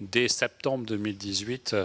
dès septembre 2018. En